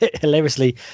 hilariously